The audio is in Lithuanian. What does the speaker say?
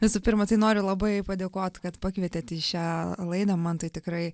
visų pirma tai noriu labai padėkot kad pakvietėt į šią laidą man tai tikrai